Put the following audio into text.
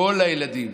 כל הילדים